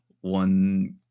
one